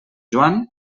joan